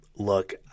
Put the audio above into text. Look